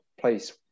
place